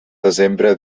desembre